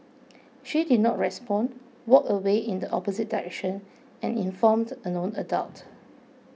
she did not respond walked away in the opposite direction and informed a known adult